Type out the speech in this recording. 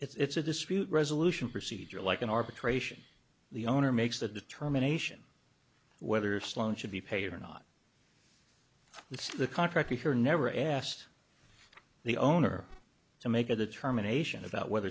it it's a dispute resolution procedure like an arbitration the owner makes the determination whether sloan should be paid or not it's the contract if you're never asked the owner to make a determination about whether